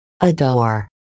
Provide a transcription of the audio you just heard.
Adore